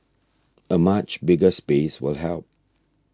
a much bigger space will help